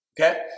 okay